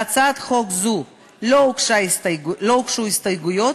להצעת חוק זו לא הוגשו הסתייגויות,